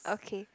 okay